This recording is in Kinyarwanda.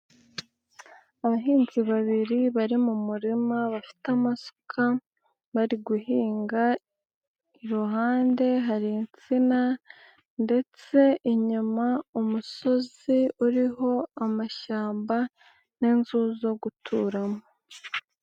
Abahinzi babiri bari mu murima, bafite amasuka, bari guhinga. Iruhande hari insina ndetse inyuma, umusozi uriho amashyamba n'inzu zo guturamo.